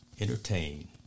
entertain